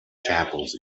chapels